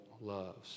loves